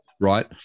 right